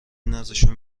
نازشو